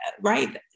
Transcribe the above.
right